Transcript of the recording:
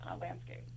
landscape